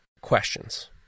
questions